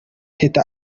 teta